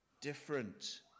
different